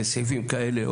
לסעיפים כאלה,